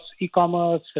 e-commerce